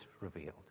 revealed